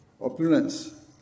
opulence